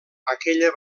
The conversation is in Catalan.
aquella